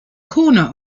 corner